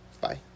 Bye